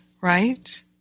right